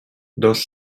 dos